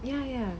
ya ya